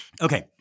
Okay